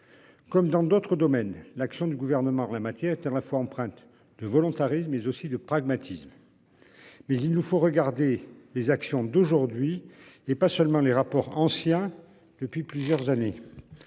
Comme dans d'autres domaines, l'action du Gouvernement en la matière est empreinte à la fois de volontarisme et de pragmatisme. Il nous faut regarder les actions d'aujourd'hui et non pas seulement les rapports publiés voilà plusieurs années